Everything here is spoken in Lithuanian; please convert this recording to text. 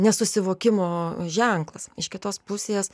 nesusivokimo ženklas iš kitos pusės